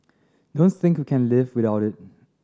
don't think we can live without it